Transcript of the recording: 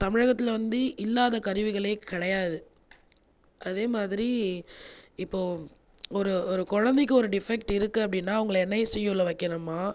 தமிழகத்தில் வந்து இல்லாத கருவிகளே கிடையாது அதே மாதிரி இப்போ ஒரு குழந்தைக்கு வந்து ஒரு டிப்ஃபெக்ட் இருக்குன்னா அப்படின்னா அவங்களை என்ஐசியுவில் வைக்கணுமா